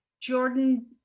Jordan